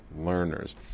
learners